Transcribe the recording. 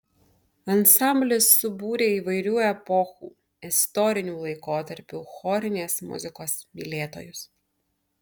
ansamblis subūrė įvairių epochų istorinių laikotarpių chorinės muzikos mylėtojus